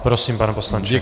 Prosím, pane poslanče.